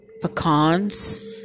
pecans